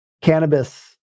cannabis